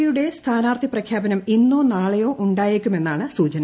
പിയുടെ സ്ഥാനാർത്ഥി പ്രഖ്യാപനം ഇന്നോ നാളെ ഉണ്ടായേക്കുമെന്നാണ് സൂചന